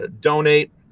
donate